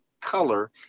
color